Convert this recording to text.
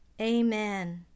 Amen